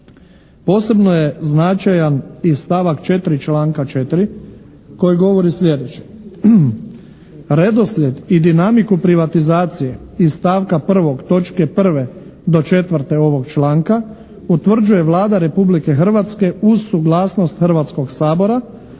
Posebno je značajan i stavak 4. članka 4. koji govori sljedeće: "Redoslijed i dinamiku privatizacije iz stavka 1. točke 1. do 4. ovog članka utvrđuje Vlada Republike Hrvatske uz suglasnost Hrvatskog sabora